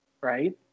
Right